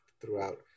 throughout